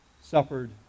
suffered